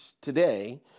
today